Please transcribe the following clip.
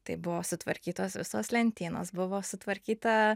tai buvo sutvarkytos visos lentynos buvo sutvarkyta